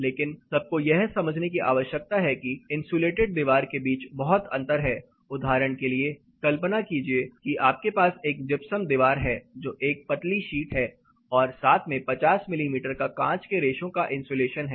लेकिन सबको यह समझने की आवश्यकता है कि इंसुलेटेड दीवार के बीच बहुत अंतर है उदाहरण के लिए कल्पना कीजिए कि आपके पास एक जिप्सम दीवार है जो एक पतली शीट है और साथ में 50 मिमी का कांच के रेशों का इन्सुलेशन है